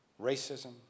racism